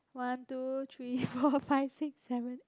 one two three four five six seven eight